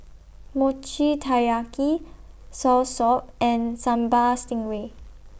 Mochi Taiyaki Soursop and Sambal Stingray